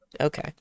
Okay